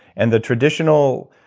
and the traditional